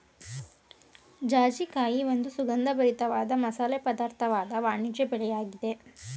ಜಾಜಿಕಾಯಿ ಒಂದು ಸುಗಂಧಭರಿತ ವಾದ ಮಸಾಲೆ ಪದಾರ್ಥವಾದ ವಾಣಿಜ್ಯ ಬೆಳೆಯಾಗಿದೆ